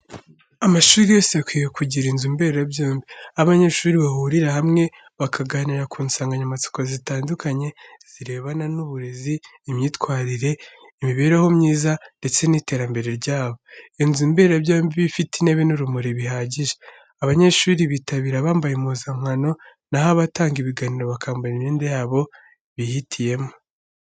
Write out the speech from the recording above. Amashuri yose akwiye kugira inzu mberabyombi, aho abanyeshuri bahurira hamwe, bakaganira ku nsanganyamatsiko zitandukanye zirebana n'uburezi, imyitwarire, imibereho myiza, ndetse n'iterambere ryabo. Iyo nzu mberabyombi iba ifite intebe n'urumuri bihagije. Abanyeshuri bitabira bambaye impuzankaho na ho abatanga ibiganiro bakambara imyenda yabo bihitiyemo.